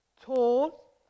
tall